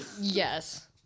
Yes